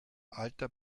alter